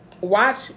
watch